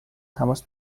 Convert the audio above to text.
تماس